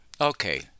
Okay